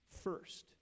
first